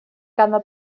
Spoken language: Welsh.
ganddo